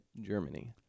Germany